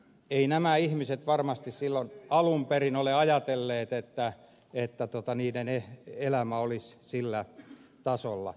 eivät nämä ihmiset varmasti silloin alun perin ole ajatelleet että heidän elämänsä olisi sillä tasolla